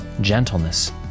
gentleness